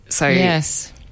Yes